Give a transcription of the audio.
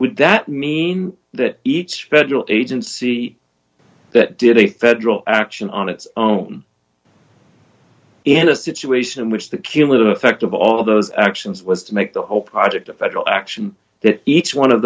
would that mean that each federal agency that did a federal action on its own in a situation in which the cumulative effect of all those actions was to make the whole project a federal action that each one of